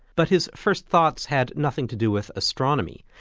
but his first thoughts had nothing to do with astronomy.